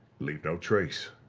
leave no trace.